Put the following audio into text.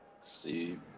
see